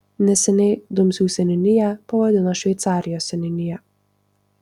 neseniai dumsių seniūniją pavadino šveicarijos seniūnija